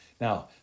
Now